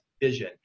vision